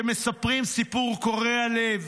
שמספרת סיפור קורע לב,